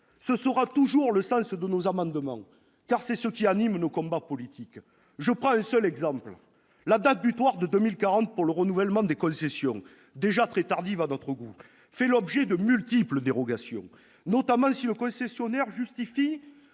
Ce sera toujours le sens de nos amendements, car c'est ce qui anime nos combats politiques. Je prends un seul exemple. La date butoir de 2040 pour le renouvellement des concessions, déjà très tardive à notre goût, fait l'objet de multiples dérogations, notamment si le concessionnaire justifie